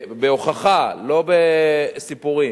בהוכחה, לא בסיפורים,